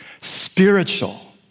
spiritual